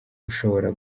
ushobora